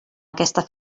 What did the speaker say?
aquesta